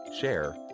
share